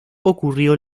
ocurrió